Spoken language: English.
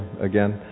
again